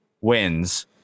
wins